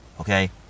okay